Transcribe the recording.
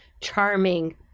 charming